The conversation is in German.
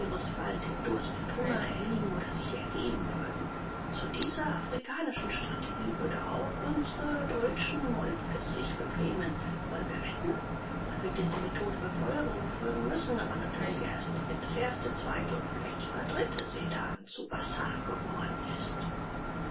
bald dem durst und hunger erliegen oder sich ergeben würden zu dieser afrikanischen strategie werden auch unsre deutschen moltkes sich bequemen wollen wir wetten man wird diese methode befolgen befolgen müssen aber natürlich erst nachdem das erste zweite und vielleicht sogar dritte sedan zu wasser geworden ist